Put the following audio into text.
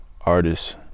artists